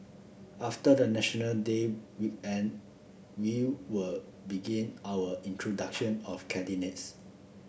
after the National Day weekend we will begin our introduction of candidates